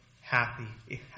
happy